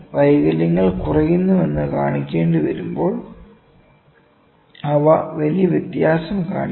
വൈകല്യങ്ങൾ കുറയുന്നുവെന്ന് കാണിക്കേണ്ടിവരുമ്പോൾ അവ വലിയ വ്യത്യാസം കാണിക്കും